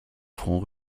front